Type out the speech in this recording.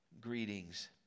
greetings